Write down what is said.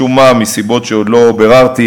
משום מה, מסיבות שעוד לא ביררתי,